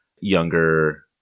younger